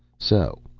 so,